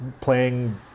Playing